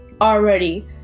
already